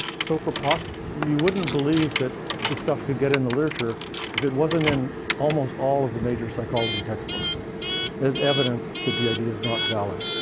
so preposterous. you wouldn't believe that this stuff could get in the literature if it wasn't in almost all of the major psychology textbooks as evidence that did is not valid.